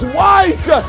white